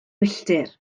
milltir